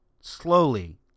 slowly